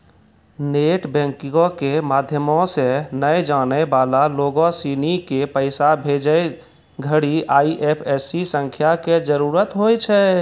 net बैंकिंगो के माध्यमो से नै जानै बाला लोगो सिनी के पैसा भेजै घड़ि आई.एफ.एस.सी संख्या के जरूरत होय छै